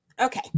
Okay